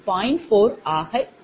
4 ஆகும்